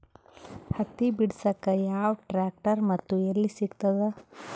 ಹತ್ತಿ ಬಿಡಸಕ್ ಯಾವ ಟ್ರ್ಯಾಕ್ಟರ್ ಮತ್ತು ಎಲ್ಲಿ ಸಿಗತದ?